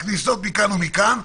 הכניסות מכאן ומכאן.